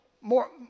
more